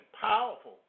powerful